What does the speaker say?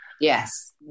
Yes